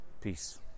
peace